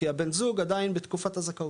כי הבן זוג עדיין בתקופת הזכאות.